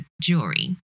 Jewelry